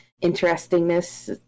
interestingness